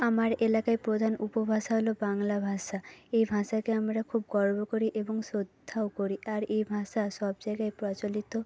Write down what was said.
আমার এলাকায় প্রধান উপভাষা হল বাংলা ভাষা এই ভাষাকে আমরা খুব গর্ব করি এবং শ্রদ্ধাও করি আর এই ভাষা সব জায়গায় প্রচলিত